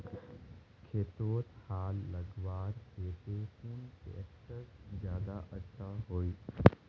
खेतोत हाल लगवार केते कुन ट्रैक्टर ज्यादा अच्छा होचए?